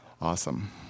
awesome